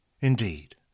Indeed